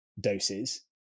doses